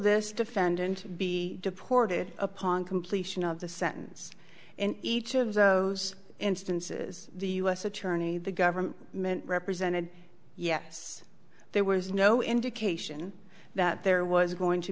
this defendant be deported upon completion of the sentence in each of those instances the u s attorney the government meant represented yes there was no indication that there was going to